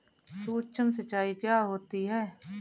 सुक्ष्म सिंचाई क्या होती है?